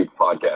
podcast